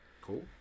Cool